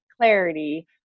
clarity